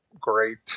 great